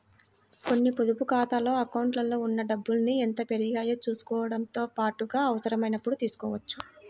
కొన్ని పొదుపు ఖాతాల అకౌంట్లలో ఉన్న డబ్బుల్ని ఎంత పెరిగాయో చూసుకోవడంతో పాటుగా అవసరమైనప్పుడు తీసుకోవచ్చు